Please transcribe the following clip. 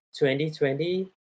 2020